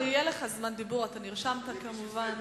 יהיה לך זמן דיבור, אתה נרשמת, כמובן.